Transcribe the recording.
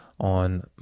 on